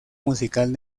musical